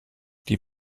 die